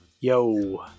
Yo